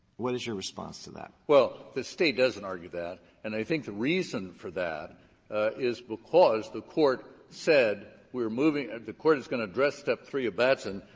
what is your response to that? bright well, the state doesn't argue that. and i think the reason for that is because the court said, we're moving and the court is going to address step three of batson.